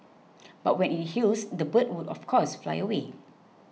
but when it heals the bird would of course fly away